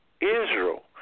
Israel